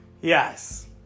Yes